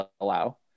allow